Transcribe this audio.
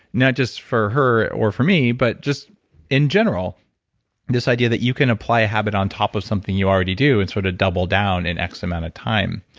not just for her or for me, but just in general this idea that you can apply a habit on top of something you already do and sort of double down an x amount of time